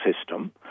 system